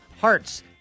hearts